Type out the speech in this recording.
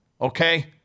Okay